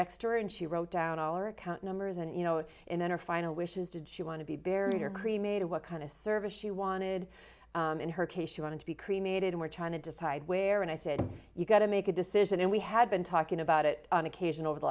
next to her and she wrote down all or account numbers and you know and then her final wishes did she want to be buried or cremated what kind of service she wanted in her case she wanted to be cremated or trying to decide where and i said you got to make a decision and we had been talking about it on occasion over the